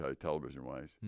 television-wise